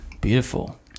Beautiful